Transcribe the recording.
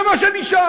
זה מה שנשאר.